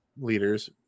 leaders